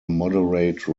moderate